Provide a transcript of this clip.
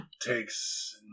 Takes